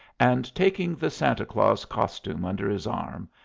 and taking the santa claus costume under his arm,